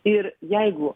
ir jeigu